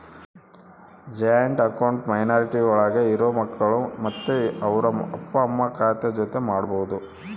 joint account minority ಒಳಗ ಇರೋ ಮಕ್ಕಳು ಮತ್ತೆ ಅವ್ರ ಅಪ್ಪ ಅಮ್ಮ ಖಾತೆ ಜೊತೆ ಮಾಡ್ಬೋದು